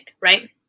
right